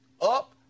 up